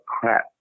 crap